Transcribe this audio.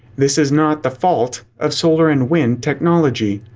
this is not the fault of solar and wind technology.